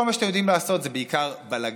כל מה שאתם יודעים לעשות זה בעיקר בלגן,